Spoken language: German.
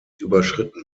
überschritten